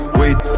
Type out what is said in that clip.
wait